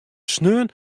sneon